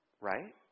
right